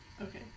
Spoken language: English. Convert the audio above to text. Okay